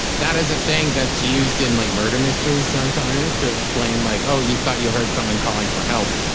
that is a thing that's used in like murder mysteries sometimes, to explain, like oh. you thought you heard someone calling for help,